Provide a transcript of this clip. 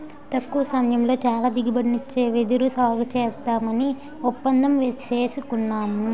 తక్కువ సమయంలో చాలా దిగుబడినిచ్చే వెదురు సాగుసేద్దామని ఒప్పందం సేసుకున్నాను